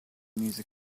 music